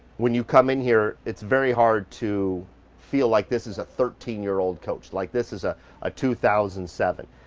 when you come in here, it's very hard to feel like this is a thirteen year old coach, like this is a a two thousand and seven.